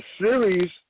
series